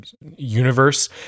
universe